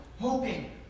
hoping